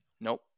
Nope